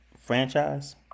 franchise